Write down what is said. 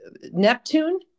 Neptune